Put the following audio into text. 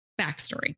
backstory